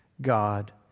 God